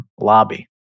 lobby